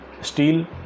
steel